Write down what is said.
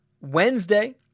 Wednesday